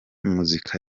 muzika